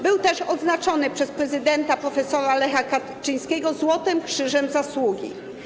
Był odznaczony przez prezydenta profesora Lecha Kaczyńskiego Złotym Krzyżem Zasługi.